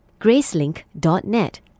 Gracelink.net